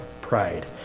pride